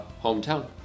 hometown